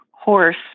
horse